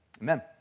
Amen